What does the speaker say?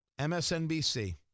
MSNBC